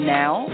now